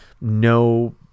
no